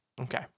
Okay